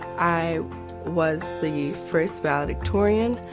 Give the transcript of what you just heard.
i was the first valedictorian.